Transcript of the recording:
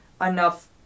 enough